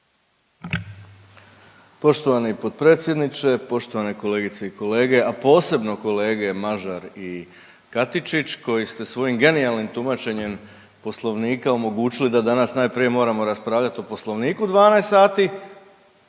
Poštovani potpredsjedniče, poštovani kolegice i kolege, a posebno kolege Mažar i Katičić koji ste svojim genijalnim tumačenjem Poslovnika omogućili da danas najprije moramo raspravljati o Poslovniku 12 sati,